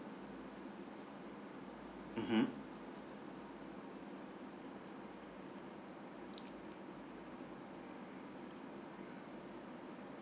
mmhmm